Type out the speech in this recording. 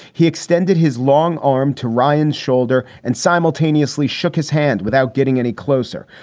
he extended his long arm to ryan's shoulder and simultaneously shook his hand without getting any closer.